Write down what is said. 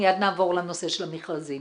מיד נעבור לנושא של מכרזים.